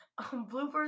bloopers